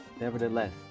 Nevertheless